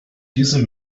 diese